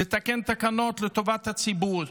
לתקן תקנות לטובת הציבור,